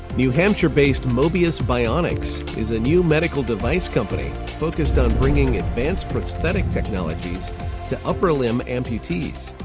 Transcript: new hampshire based mobius bionics is a new medical device company focused on bringing advanced prosthetic technologies to upper-limb amputees.